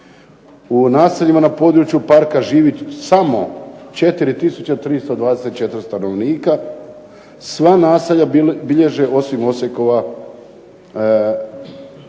U naseljima na području parka živi samo 4324 stanovnika. Sva naselja bilježe osim Osekova pad